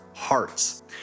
hearts